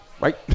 right